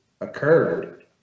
occurred